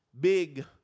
big